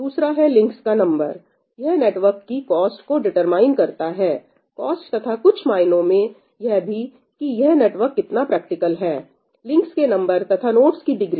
दूसरा है लिंक्स का नंबर यह नेटवर्क की कोस्ट को डिटरमाइंन करता है कोस्ट तथा कुछ मायनों में यह भी कि यह नेटवर्क कितना प्रैक्टिकल है लिंक्स के नंबर तथा नोडस की डिग्री